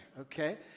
okay